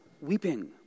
weeping